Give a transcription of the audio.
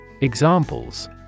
Examples